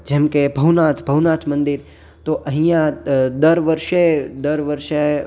જેમ કે ભવનાથ ભવનાથ મંદિર તો અહીંયા દર વર્ષે દર વર્ષે